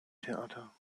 theater